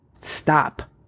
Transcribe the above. stop